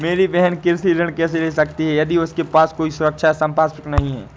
मेरी बहिन कृषि ऋण कैसे ले सकती है यदि उसके पास कोई सुरक्षा या संपार्श्विक नहीं है?